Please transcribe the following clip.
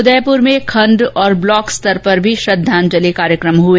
उदयपुर में खंड और ब्लॉक स्तर पर भी श्रद्वाजलि कार्यकम हए